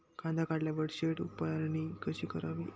कांदा काढल्यावर शेड उभारणी कशी करावी?